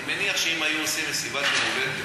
אני מניח שאם היו עושים מסיבת יום הולדת